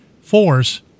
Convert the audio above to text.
force